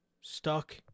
stuck